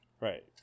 right